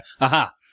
aha